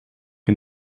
een